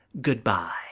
goodbye